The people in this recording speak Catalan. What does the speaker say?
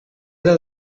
del